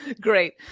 great